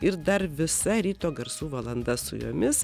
ir dar visa ryto garsų valanda su jumis